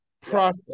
process